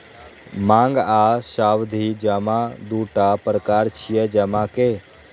मांग आ सावधि जमा दूटा प्रकार छियै जमा के